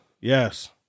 Yes